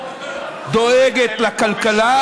דואגת לכלכלה,